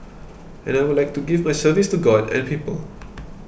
and I would like to give my service to God and people